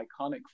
iconic